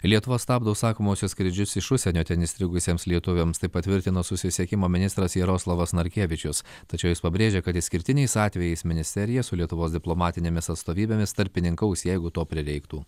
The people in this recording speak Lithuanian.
lietuva stabdo užsakomuosius skrydžius iš užsienio ten įstrigusiems lietuviams taip patvirtino susisiekimo ministras jaroslavas narkevičius tačiau jis pabrėžė kad išskirtiniais atvejais ministerija su lietuvos diplomatinėmis atstovybėmis tarpininkaus jeigu to prireiktų